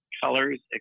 colors